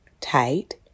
tight